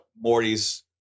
Morty's